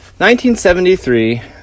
1973